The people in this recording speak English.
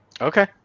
Okay